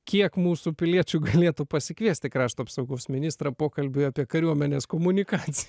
kiek mūsų piliečių galėtų pasikviesti krašto apsaugos ministrą pokalbiui apie kariuomenės komunikaciją